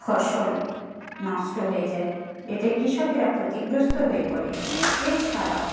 ফসল নষ্ট হয়ে যায় এতে কৃষকেরা ক্ষতিগ্রস্ত হয়ে পড়ে এছাড়াও